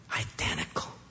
identical